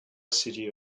city